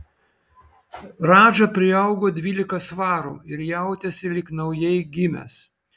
radža priaugo dvylika svarų ir jautėsi lyg naujai gimęs